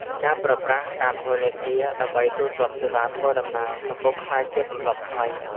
ការប្រើប្រាស់កាតធនាគារដើម្បីទូទាត់សេវាធ្វើដំណើរ កំពុងក្លាយជាទម្លាប់ថ្មី។